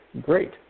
Great